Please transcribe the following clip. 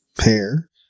pair